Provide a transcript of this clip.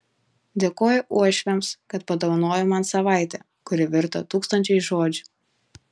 dėkoju uošviams kad padovanojo man savaitę kuri virto tūkstančiais žodžių